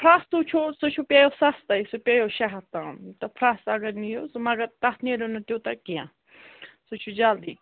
فرٛستہٕ چھُو سُہ چھُ پیٚوٕ سَستَے سُہ پیٚوٕ شےٚ ہَتھ تام تہٕ فرٛس اگر نِیِو سُہ مگر تَتھ نیرِو نہٕ تیٛوٗتاہ کیٚنٛہہ سُہ چھُ جلدی